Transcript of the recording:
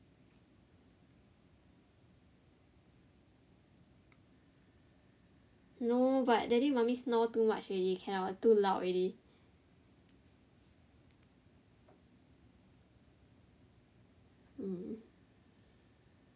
no but daddy mummy snore too much already too loud already mm